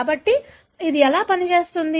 కాబట్టి ఇది ఎలా పని చేస్తుంది